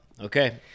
Okay